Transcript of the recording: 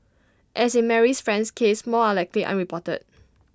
as in Marie's friend's case more are likely unreported